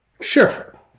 Sure